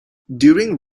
during